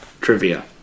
Trivia